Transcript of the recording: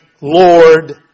Lord